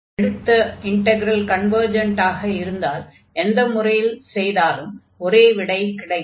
எடுத்த integral convergent ஆக இருந்தால் எந்த முறையில் செய்தாலும் ஒரே விடை கிடைக்கும்